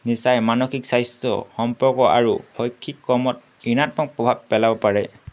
নিচাই মানসিক স্বাস্থ্য সম্পৰ্ক আৰু শৈক্ষিক কৰ্মত ঋণাত্মক প্ৰভাৱ পেলাব পাৰে